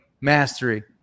mastery